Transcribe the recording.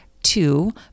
Two